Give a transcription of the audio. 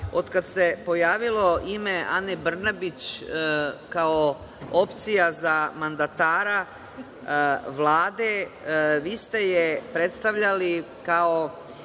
od kada se pojavilo ime Ane Brnabić, kao opcija za mandatara Vlade, vi ste je predstavljali kao